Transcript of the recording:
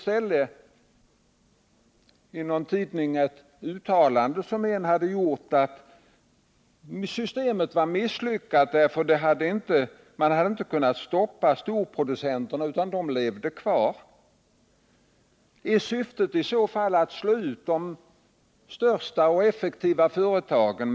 I någon tidning läste jag ett uttalande att systemet var misslyckat, därför att man inte hade kunnat stoppa de stora producenterna utan de levde kvar. Är syftet i så fall att slå ut de största och effektiva företagen?